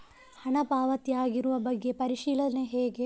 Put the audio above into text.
ಹಣ ಪಾವತಿ ಆಗಿರುವ ಬಗ್ಗೆ ಪರಿಶೀಲನೆ ಹೇಗೆ?